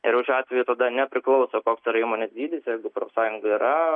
ir už atvejų tada nepriklauso koks yra įmonės dydis profsąjunga yra